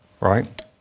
Right